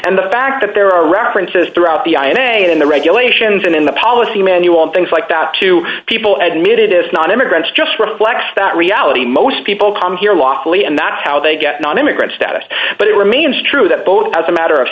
and the fact that there are references throughout the i a e a and in the regulations and in the policy manual and things like that to people at mit it is not immigrants just reflects that reality most people come here lawfully and that's how they get nonimmigrant status but it remains true that both as a matter of